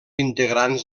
integrants